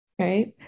right